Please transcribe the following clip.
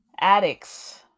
addicts